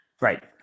Right